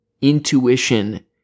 intuition